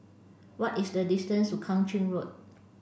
what is the distance to Kang Ching Road